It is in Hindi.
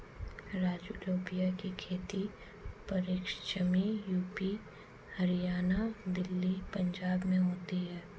राजू लोबिया की खेती पश्चिमी यूपी, हरियाणा, दिल्ली, पंजाब में होती है